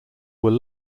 were